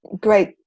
great